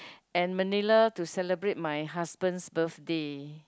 and Manila to celebrate my husband's birthday